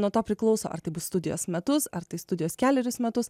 nuo to priklauso ar tai bus studijos metus ar tai studijos kelerius metus